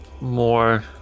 more